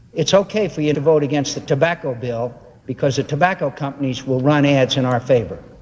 it's ok for you to vote against the tobacco bill because the tobacco companies will run ads in our favor.